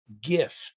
gift